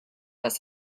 als